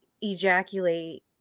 ejaculate